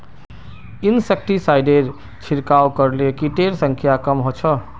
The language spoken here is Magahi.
इंसेक्टिसाइडेर छिड़काव करले किटेर संख्या कम ह छ